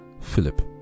Philip